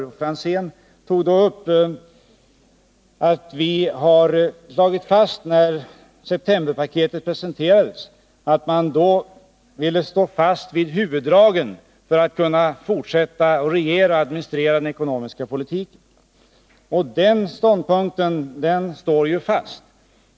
Tommy Franzén slog fast att vi när septemberpaketet presenterades ville behålla huvuddragen för att kunna fortsätta att regera och administrera den ekonomiska politiken. Den ståndpunkten står ju fast.